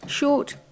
Short